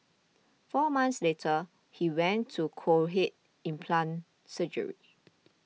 four months later he went to cochlear implant surgery